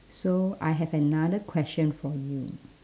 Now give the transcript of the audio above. so I have another question for you